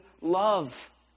love